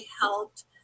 helped